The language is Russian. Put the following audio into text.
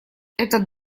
этот